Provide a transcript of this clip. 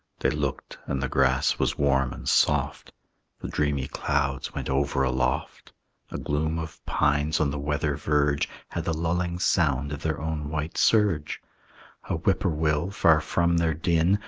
they looked, and the grass was warm and soft the dreamy clouds went over aloft a gloom of pines on the weather verge had the lulling sound of their own white surge whip-poor-will, far from their din,